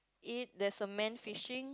it there's a man fishing